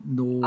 no